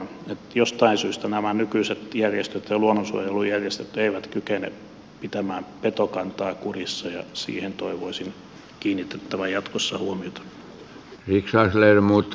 jostain syystä nämä nykyiset järjestöt ja luonnonsuojelujärjestöt eivät kykene pitämään petokantaa kurissa ja siihen toivoisin kiinnitettävän jatkossa huomiota